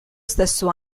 stesso